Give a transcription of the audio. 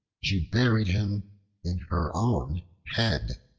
she buried him in her own head.